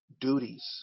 duties